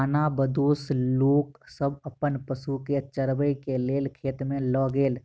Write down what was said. खानाबदोश लोक सब अपन पशु के चरबै के लेल खेत में लय गेल